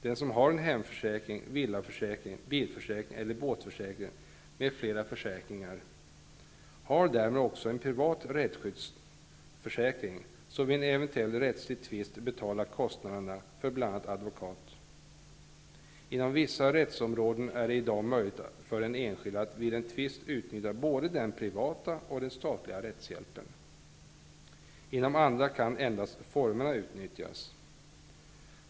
Den som har en hemförsäkring, en villaförsäkring, en bilförsäkring, en båtförsäkring eller någon annan försäkring har därmed också en privat rättsskyddsförsäkring, som vid en eventuell rättslig tvist betalar kostnaderna för bl.a. advokat. Inom vissa rättsområden är det i dag möjligt för den enskilde att vid en tvist uttnyttja både den privata och den statliga rättshjälpen. Inom andra rättsområden kan endast formerna utnyttjas.